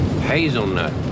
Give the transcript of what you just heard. hazelnut